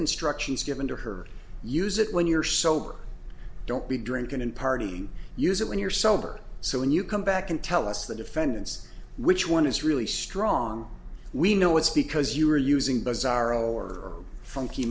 instructions given to her use it when you're sober don't be drinking and partying use it when you're sober so when you come back and tell us the defendants which one is really strong we know it's because you are using bizarro or funky